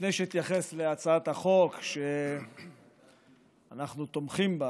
לפני שאתייחס להצעת החוק, שאנחנו תומכים בה